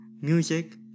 music